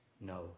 no